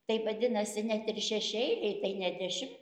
tai vadinasi net ir šešiaeiliai tai ne dešim